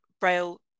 braille